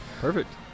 Perfect